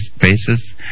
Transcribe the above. basis